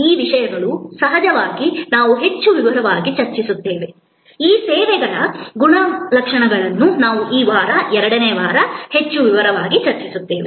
ಈ ವಿಷಯಗಳು ಸಹಜವಾಗಿ ನಾವು ಹೆಚ್ಚು ವಿವರವಾಗಿ ಚರ್ಚಿಸುತ್ತೇವೆ ಈ ಸೇವೆಗಳ ಗುಣಲಕ್ಷಣಗಳನ್ನು ನಾವು ಈ ವಾರ ಎರಡನೇ ವಾರದಲ್ಲಿ ಹೆಚ್ಚು ವಿವರವಾಗಿ ಚರ್ಚಿಸುತ್ತೇವೆ